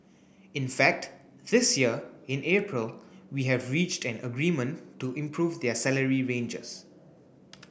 in fact this year in April we have reached an agreement to improve their salary ranges